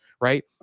right